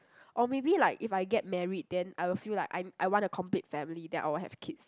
or maybe like if I get married then I will feel like I I want a complete family then I will have kids